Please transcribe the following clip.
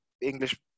English